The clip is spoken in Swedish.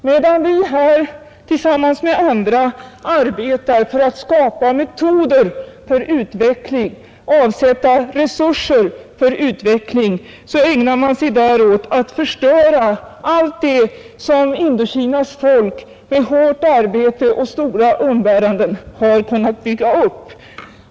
Medan vi här tillsammans med andra arbetar för att skapa metoder för utveckling och avsätta resurser för utveckling, ägnar man sig där åt att förstöra allt det som Indokinas folk med hårt arbete och stora umbäranden har kunnat bygga upp.